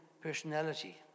personality